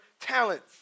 talents